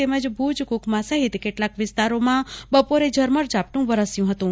તેમજ ભુજ કુકમા સહિત કેટલાક વિસ્તારોમાં બપોરે ઝરમર ઝાપટું વરસ્યું હતું